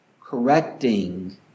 correcting